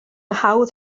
hawdd